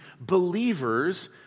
believers